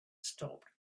stopped